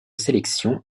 sélection